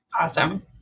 Awesome